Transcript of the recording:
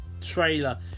trailer